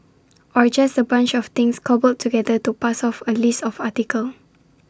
or just A bunch of things cobbled together to pass off as A list of article